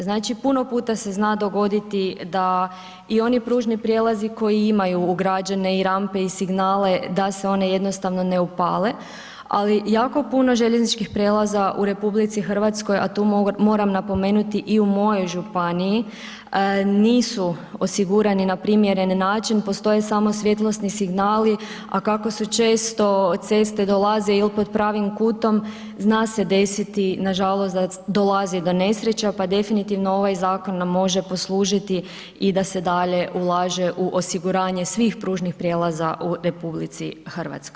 Znači puno puta se zna dogoditi da i oni pružni prijelazi koji imaju ugrađene i rampe i signale, da se one jednostavno ne upale ali jako puno željezničkih prijelaza u RH a to moram napomenuti, i u mojoj županiji, nisu osigurani na primjeren način, postoje samo svjetlosni signali a kako su često ceste, dolaze ili pod pravom kutom, zna se desiti nažalost da dolazi i do nesreća pa definitivno ovaj zakon nam može poslužiti i da se dalje ulaže u osiguranje svih pružnih prijelaza u RH.